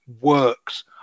works